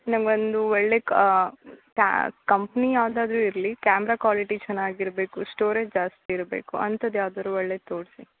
ನಂಗೊಂದು ಒಳ್ಳೆ ಕಂಪ್ನಿ ಯಾವುದಾದ್ರು ಇರಲಿ ಕ್ಯಾಮ್ರಾ ಕ್ವಾಲಿಟಿ ಚೆನ್ನಾಗಿರ್ಬೇಕು ಸ್ಟೋರೇಜ್ ಜಾಸ್ತಿ ಇರಬೇಕು ಅಂಥದ್ ಯಾವ್ದಾರು ಒಳ್ಳೆದು ತೋರಿಸಿ